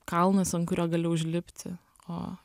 kalnas ant kurio gali užlipti o